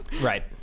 Right